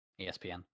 ESPN